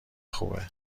خوبه